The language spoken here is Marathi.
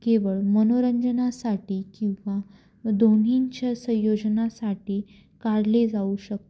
केवळ मनोरंजनासाठी किंवा दोन्हींच्या संयोजनासाठी काढले जाऊ शकतो